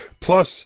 Plus